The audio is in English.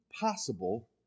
possible